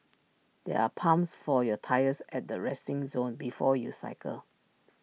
there are pumps for your tyres at the resting zone before you cycle